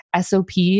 SOPs